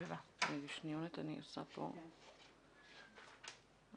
בחוק צער בעלי חיים (הגנה על בעלי חיים) תשנ"ד-1994,